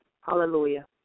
hallelujah